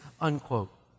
unquote